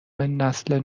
نسل